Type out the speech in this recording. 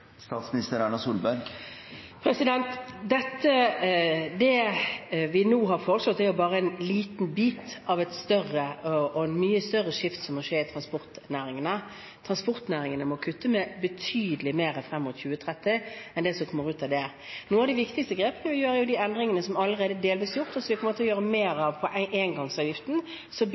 Det vi nå har foreslått, er bare en liten bit av et større og mye større skifte som må skje i transportnæringene. Transportnæringene må kutte med betydelig mer frem mot 2030 enn det som kommer ut av dette. Noen av de viktigste grepene vi gjør, er de endringene som allerede delvis er gjort, og som vi kommer til å gjøre mer av på engangsavgiften, som bidrar til at vi får en